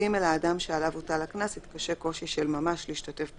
האדם שעליו הוטל הקנס יתקשה קושי של ממש להשתתף בסדנה,